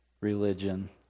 religion